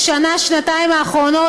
בשנה-שנתיים האחרונות,